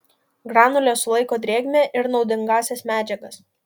granulės sulaiko drėgmę ir naudingąsias medžiagas